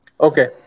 Okay